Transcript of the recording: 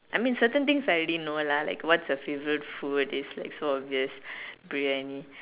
I mean certain things I already know lah like what's your favorite food it's like so obvious Briyani